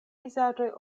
vizaĝoj